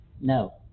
no